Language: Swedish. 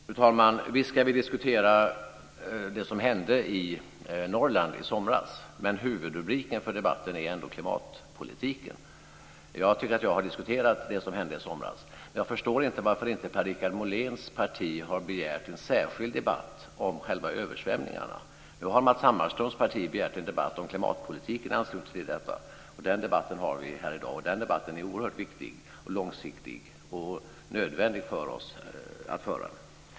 Fru talman! Visst ska vi diskutera det som hände i Norrland i somras. Men huvudrubriken för debatten är ändå klimatpolitiken. Jag tycker att jag har diskuterat det som hände i somras. Jag förstår inte varför inte Per-Richard Moléns parti har begärt en särskild debatt om själva översvämningarna. Nu har Matz Hammarströms parti begärt en debatt om klimatpolitiken i anslutning till detta, och den debatten har vi här i dag. Den debatten är oerhört viktig, långsiktig och nödvändig för oss att föra.